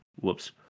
Whoops